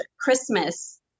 Christmas